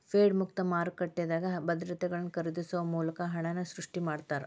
Fed ಮುಕ್ತ ಮಾರುಕಟ್ಟೆದಾಗ ಭದ್ರತೆಗಳನ್ನ ಖರೇದಿಸೊ ಮೂಲಕ ಹಣನ ಸೃಷ್ಟಿ ಮಾಡ್ತಾರಾ